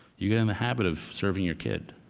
you get in the habit of serving your kid